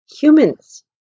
humans